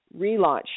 relaunch